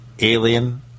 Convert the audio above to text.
Alien